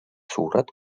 suured